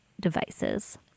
devices